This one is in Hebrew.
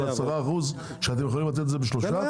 ב-10% כשאתם יכולים לתת את זה ב-3%?